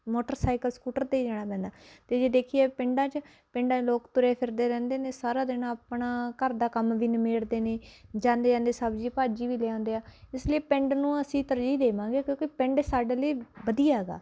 motorcycle scooter 'ਤੇ ਹੀ ਜਾਣਾ ਪੈਂਦਾ ਅਤੇ ਜੇ ਦੇਖੀਏ ਪਿੰਡਾਂ 'ਚ ਪਿੰਡਾਂ 'ਚ ਲੋਕ ਤੁਰੇ ਫਿਰਦੇ ਰਹਿੰਦੇ ਨੇ ਸਾਰਾ ਦਿਨ ਆਪਣਾ ਘਰ ਦਾ ਕੰਮ ਵੀ ਨਿਬੇੜਦੇ ਨੇ ਜਾਂਦੇ ਜਾਂਦੇ ਸਬਜ਼ੀ ਭਾਜੀ ਵੀ ਲਿਆਉਂਦੇ ਆ ਇਸ ਲਈ ਪਿੰਡ ਨੂੰ ਅਸੀਂ ਤਰਜੀਹ ਦੇਵਾਂਗੇ ਕਿਉਂਕਿ ਪਿੰਡ ਸਾਡੇ ਲਈ ਵਧੀਆ ਗਾ